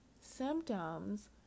symptoms